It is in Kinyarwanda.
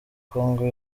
kongo